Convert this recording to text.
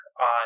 on